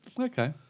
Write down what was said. okay